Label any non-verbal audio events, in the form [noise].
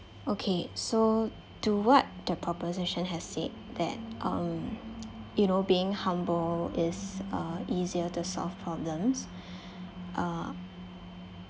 okay so to what the proposition has said that um you know being humble is um easier to solve problems [breath] uh